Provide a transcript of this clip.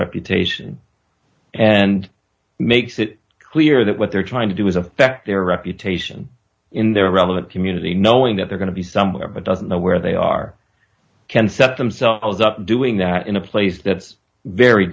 reputation and makes it clear that what they're trying to do is affect their reputation in their relevant community knowing that they're going to be somewhere but doesn't know where they are can set themselves up doing that in a place that's very